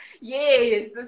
Yes